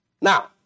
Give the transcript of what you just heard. Now